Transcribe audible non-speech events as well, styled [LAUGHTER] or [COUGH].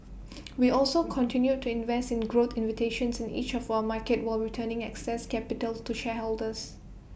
[NOISE] we also continued to invest in growth invitations in each of our markets where returning excess capital to shareholders